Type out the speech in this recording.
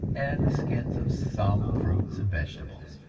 and the skins of some fruits and vegetables.